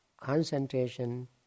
concentration